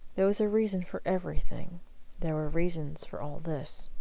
there was a reason for everything there were reasons for all this.